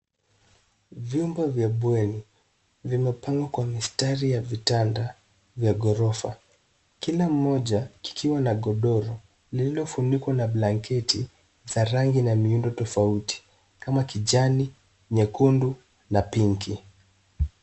Vyumba vya bweni vimepangwa kwa mistari ya vitanda vya ghorofa kila moja kikiwa na godoro lililofunikwa na blanketi za rangi na miundo tofauti kama kijani, nyekundu na pinki.